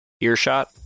earshot